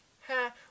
ha